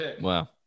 Wow